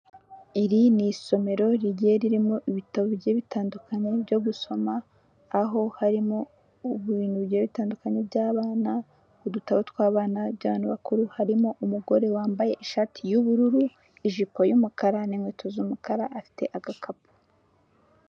Iri ni isomero rigiye ririmo ibitabo bigiye bitandukanye byo gusoma, aho harimo ibintu bigiye bitandukanye by'abana, udutabo tw'abana, iby'abantu bakuru, harimo umugore wambaye ishati y'ubururu, ijipo y'umukara n'inkweto z'umukara afite agakapu.